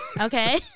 okay